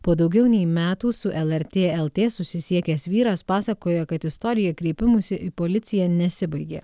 po daugiau nei metų su lrt lt susisiekęs vyras pasakoja kad istorija kreipimusi į policiją nesibaigė